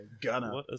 Gunner